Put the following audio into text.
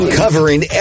covering